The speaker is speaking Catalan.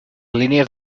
línies